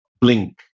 Blink